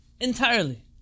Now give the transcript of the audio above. entirely